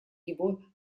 его